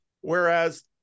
Whereas